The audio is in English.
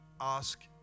ask